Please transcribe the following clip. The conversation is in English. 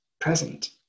present